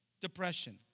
depression